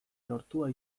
lortua